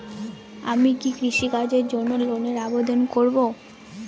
আমি কি কৃষিকাজের জন্য লোনের আবেদন করব?